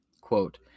Quote